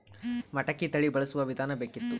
ಮಟಕಿ ತಳಿ ಬಳಸುವ ವಿಧಾನ ಬೇಕಿತ್ತು?